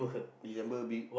December be~